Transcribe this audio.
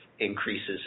increases